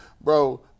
Bro